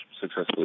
successfully